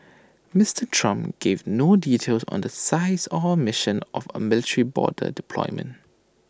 Mister Trump gave no details on the size or mission of A military border deployment